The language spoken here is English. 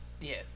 Yes